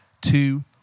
two